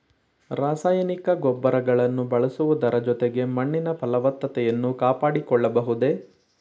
ರಾಸಾಯನಿಕ ಗೊಬ್ಬರಗಳನ್ನು ಬಳಸುವುದರ ಜೊತೆಗೆ ಮಣ್ಣಿನ ಫಲವತ್ತತೆಯನ್ನು ಕಾಪಾಡಿಕೊಳ್ಳಬಹುದೇ?